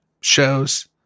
shows